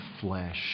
flesh